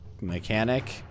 mechanic